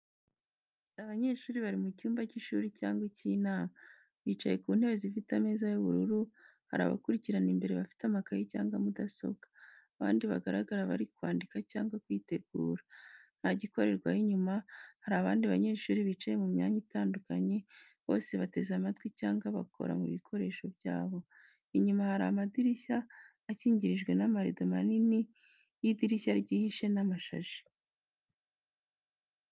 Abanyeshuri bari mu cyumba cy’ishuri cyangwa icy’inama, bicaye ku ntebe zifite ameza y’ubururu. Hari abakurikirana imbere bafite amakayi cyangwa mudasobwa, abandi bagaragara bari kwandika cyangwa kwitegura. Ntagikorerwaho inyuma, hari abandi banyeshuri bicaye mu myanya itandukanye, bose bateze amatwi cyangwa bakora mu bikoresho byabo. Inyuma hari amadirishya akingirijwe n'amarido manini y’idirishya ryihishe n’amashashi.